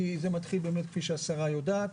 כי זה מתחיל באמת כפי שהשרה יודעת,